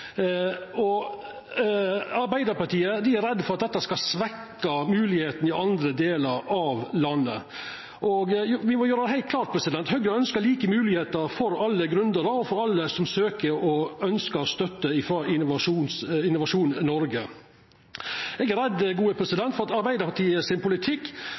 støtta. Arbeidarpartiet er redd for at dette skal svekkja vilkåra i andre delar av landet. Me må gjera det heilt klart at Høgre ønskjer like vilkår for alle gründarar og alle som søkjer og ønskjer støtte frå Innovasjon Noreg. Eg er redd for at Arbeidarpartiets politikk